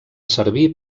servir